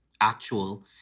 actual